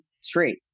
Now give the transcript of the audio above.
straight